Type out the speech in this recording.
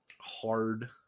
hard